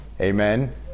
Amen